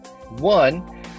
One